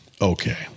okay